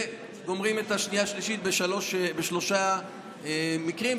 וגומרים את השנייה-שלישית בשלושה מקרים.